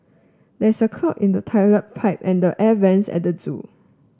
there is a clog in the toilet pipe and the air vents at the zoo